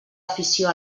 afició